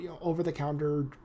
over-the-counter